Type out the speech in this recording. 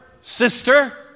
sister